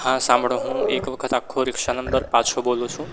હા સાંભળો હું એક વખત આખો રિક્ષા નંબર પાછો બોલું છું